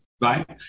right